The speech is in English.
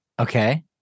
Okay